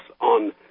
on